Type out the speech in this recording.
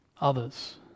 others